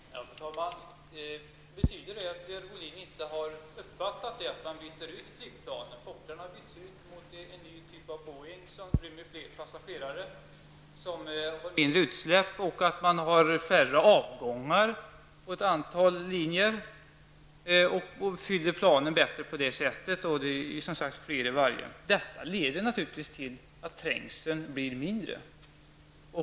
Fru talman! Betyder det att Görel Bohlin inte har uppfattat att man byter ut flygplanen? Fokkerplan byts ut mot en ny typ av Boeing, som rymmer flera passagerare och orsakar mindre utsläpp. Man har färre avgångar på ett antal linjer och fyller därigenom planen bättre. Detta leder naturligtvis till att trängseln blir mindre.